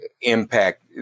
Impact